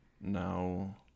now